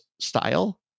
style